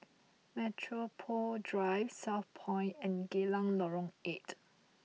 Metropole Drive Southpoint and Geylang Lorong eight